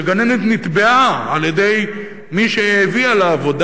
שגננת נתבעה על-ידי מי שהביאה לעבודה